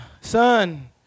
son